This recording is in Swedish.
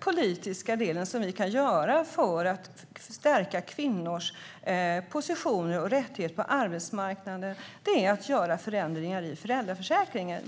politiska åtgärd vi kan vidta för att stärka kvinnors positioner och rättigheter på arbetsmarknaden är att göra förändringar i föräldraförsäkringen.